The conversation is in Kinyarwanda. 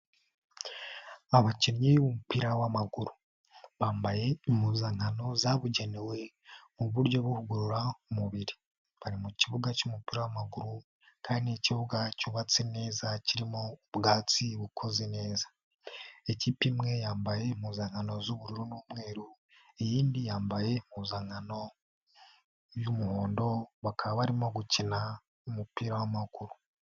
Abakinnyi b'umupira w'amaguru bambaye impuzankano zabugenewe mu buryo buvugurura umubiri. Bari mu kibuga cy'umupira w'amaguru kandi ikibuga cyubatse neza kirimo ubwatsi bukoze neza. Ikipe imwe yambaye impuzankano z'ubururu n'umweru iyindi yambaye impuzankano y'umuhondo bakaba barimo gukina umupira w'amaguru.